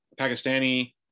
Pakistani